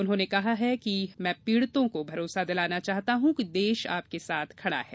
उन्होंने कहा कि मैं पीड़ितों को भरोसा दिलाना चाहता हूं कि देश आपके साथ खडा है